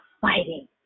fighting